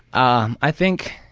um i think